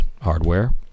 hardware